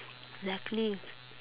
luckily